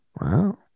wow